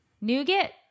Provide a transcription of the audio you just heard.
Nougat